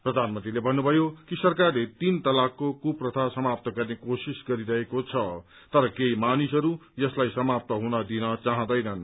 प्रधानमन्त्रीले भन्नुभयो कि सरकारले तीन तलाकको कृप्रथा समाप्त गर्ने कोशिश गरिरहेको छ तर केही मानिसहरू यसलाई समाप्त हुन दिन चाँदैनन्